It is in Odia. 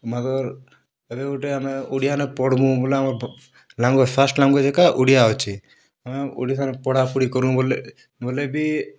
ମଗର୍ ଏବେ ଗୁଟେ ଆମେ ଓଡ଼ିଆନେ ପଢ଼୍ମୁ ବେଲେ ଆମର୍ ଲାଙ୍ଗୁଏଜ୍ ଫାର୍ଷ୍ଟ୍ ଲାଙ୍ଗୁଏଜ୍ ଏକା ଓଡ଼ିଆ ଅଛେ ଆମେ ଓଡ଼ିଶାରେ ପଢ଼ାପଢ଼ି କର୍ମୁ ବେଲେ ବେଲେ ବି